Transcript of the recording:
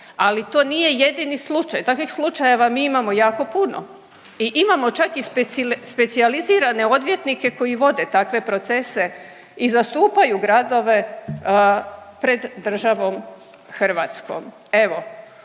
ali to nije jedini slučaj. Takvih slučajeva mi imamo jako puno i imamo čak i specijalizirane odvjetnike koji vode takve procese i zastupaju gradove pred državom Hrvatskom. Evo,